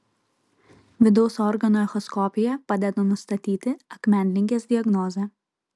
vidaus organų echoskopija padeda nustatyti akmenligės diagnozę